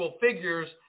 figures